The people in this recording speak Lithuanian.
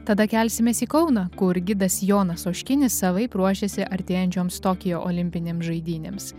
tada kelsimės į kauną kur gidas jonas oškinis savaip ruošiasi artėjančioms tokijo olimpinėm žaidynėms